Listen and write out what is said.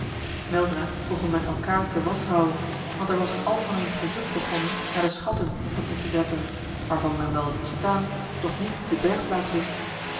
weldra begon men elkaar te wantrouwen want er was een algemeen gezoek begonnen naar de schatten van il tigretto waarvan men wel het bestaan doch niet de bergplaats wist